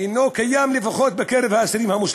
אינו קיים, לפחות בקרב האסירים המוסלמים,